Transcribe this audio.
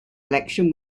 election